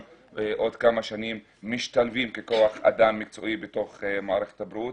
בעוד כמה שנים משתלבים ככוח אדם מקצועי בתוך מערכת הבריאות.